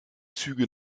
züge